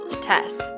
Tess